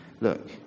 look